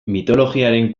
mitologiaren